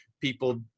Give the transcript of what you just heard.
people